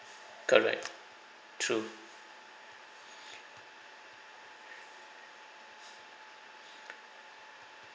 correct true